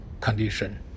condition